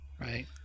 right